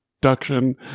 production